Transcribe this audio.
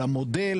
על המודל